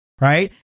right